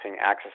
access